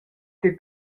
tier